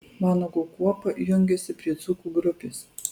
vanago kuopa jungiasi prie dzūkų grupės